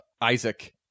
Isaac